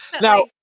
now